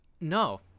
No